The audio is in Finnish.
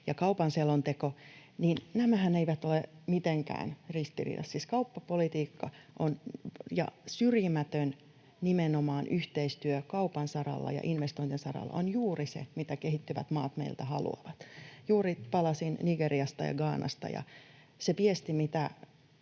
ja kaupan selonteko, ja nämähän eivät ole mitenkään ristiriidassa. Siis kauppapolitiikka — ja syrjimätön nimenomaan yhteistyökaupan saralla ja investointien saralla — on juuri se, mitä kehittyvät maat meiltä haluavat. Juuri palasin Nigeriasta ja Ghanasta,